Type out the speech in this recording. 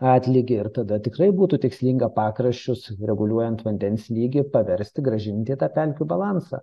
atlygį ir tada tikrai būtų tikslinga pakraščius reguliuojant vandens lygį paversti grąžinti tą pelkių balansą